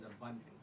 abundance